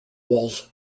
walls